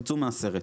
תצאו מהסרט,